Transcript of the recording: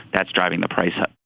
that's driving the price up.